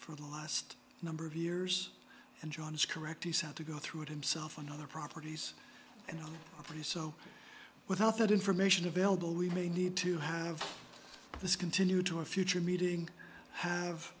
for the last number of years and john is correct he's had to go through it himself on other properties and for you so without that information available we may need to have this continue to a future meeting have